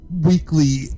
weekly